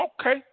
okay